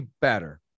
better